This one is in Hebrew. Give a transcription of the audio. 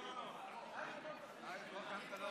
וחוזרת לדיון